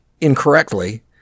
incorrectly